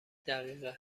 دقیقه